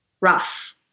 rough